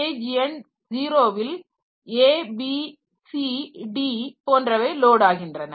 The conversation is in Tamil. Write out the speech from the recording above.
பேஜ் எண் 0 ல் a b c d போன்றவை லோடு ஆகின்றன